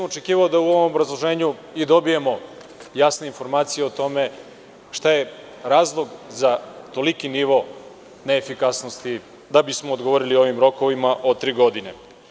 Očekivao sam da u ovom obrazloženju dobijemo jasne informacije o tome šta je razlog za toliki nivo neefikasnosti da bismo odgovorili ovim rokovima od tri godine.